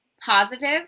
positive